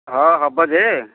ହଁ ହେବ ଯେ